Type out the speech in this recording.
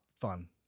fun